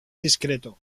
discreto